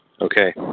Okay